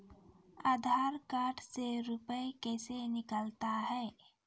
आधार कार्ड से रुपये कैसे निकलता हैं?